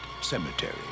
Cemetery